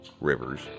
rivers